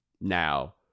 Now